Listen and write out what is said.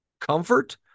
Comfort